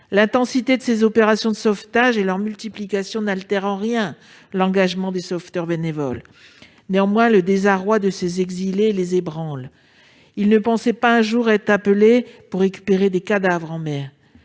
L'intensité de ces opérations de sauvetage et leur multiplication n'altèrent en rien l'engagement des sauveteurs bénévoles. Néanmoins, le désarroi de ces exilés les ébranle. Ils ne pensaient pas être appelés un jour pour récupérer des cadavres en mer.